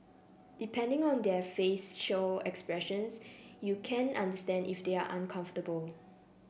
depending on their facial expressions you can understand if they are uncomfortable